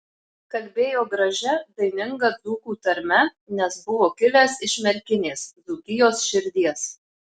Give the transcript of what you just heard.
kalbėjo gražia daininga dzūkų tarme nes buvo kilęs iš merkinės dzūkijos širdies